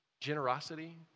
Generosity